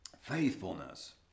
faithfulness